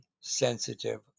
sensitive